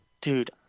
Dude